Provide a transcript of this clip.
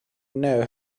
know